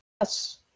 Yes